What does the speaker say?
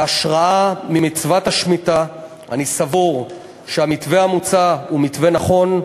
בהשראה ממצוות השמיטה אני סבור שהמתווה המוצע הוא מתווה נכון,